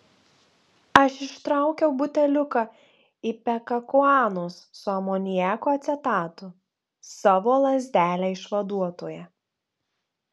aš ištraukiau buteliuką ipekakuanos su amoniako acetatu savo lazdelę išvaduotoją